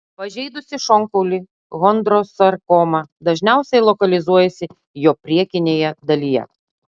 pažeidusi šonkaulį chondrosarkoma dažniausiai lokalizuojasi jo priekinėje dalyje